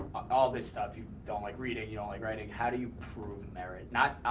all this stuff. you don't like reading, you don't like writing. how do you prove merit, not,